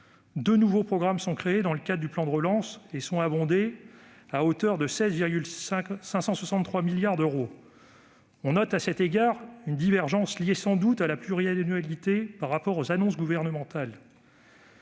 deux nouveaux programmes sont créés dans le cadre du plan de relance, abondés à hauteur de 16,563 milliards d'euros. On note à cet égard une divergence, liée sans doute à la pluriannualité, par rapport aux annonces gouvernementales.